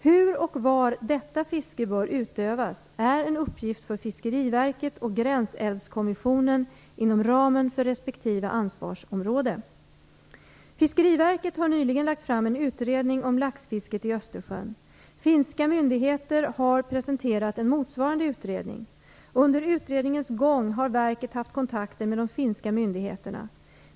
Hur och var detta fiske bör utövas är en uppgift för Fiskeriverket och Gränsälvskommissionen inom ramen för respektive ansvarsområde. Fiskeriverket har nyligen lagt fram en utredning om laxfisket i Östersjön. Finska myndigheter har presenterat en motsvarande utredning. Under utredningens gång har verket haft kontakter med de finska myndigheterna.